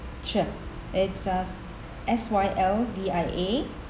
sure it's as S Y L V I A